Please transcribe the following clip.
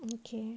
um okay